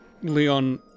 Leon